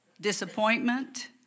disappointment